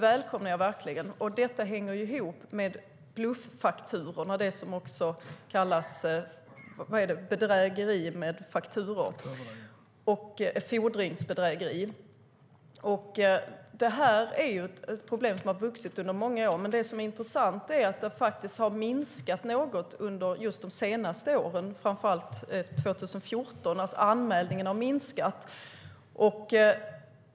Detta hänger ihop med bluffakturor, det som också kallas bedrägeri med fakturor och fordringsbedrägeri. Det är ett problem som ökat under många år. Det intressanta är dock att det minskat något under de senaste åren, framför allt 2014. Anmälningarna har minskat.